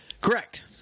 Correct